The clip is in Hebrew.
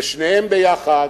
ושניהם ביחד,